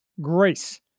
grace